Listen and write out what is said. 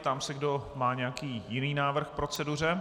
Ptám se, kdo má nějaký jiný návrh k proceduře.